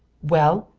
well,